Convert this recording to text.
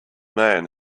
man